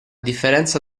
differenza